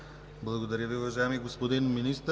Благодаря Ви, уважаеми господин Иванов.